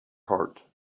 heart